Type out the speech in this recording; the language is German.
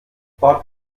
port